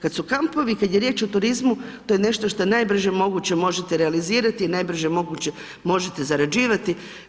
Kada su kampovi kada je riječ o turizmu to je nešto što najbrže moguće možete realizirati i najbrže moguće možete zarađivati.